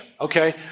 okay